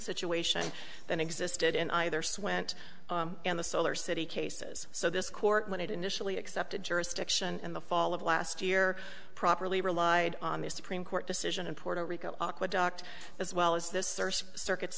situation than existed in either so went and the solar city cases so this court when it initially accepted jurisdiction in the fall of last year properly relied on the supreme court decision in puerto rico aqua docked as well as this circuit